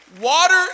Water